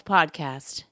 Podcast